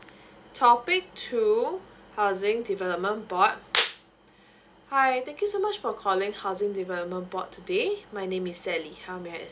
topic two housing development board hi thank you so much for calling housing development board today my name is sally how may I